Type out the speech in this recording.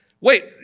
Wait